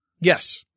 Yes